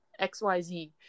XYZ